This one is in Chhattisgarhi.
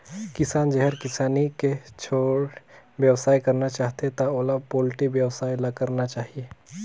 किसान जेहर किसानी के छोयड़ बेवसाय करना चाहथे त ओला पोल्टी बेवसाय ल करना चाही